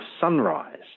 sunrise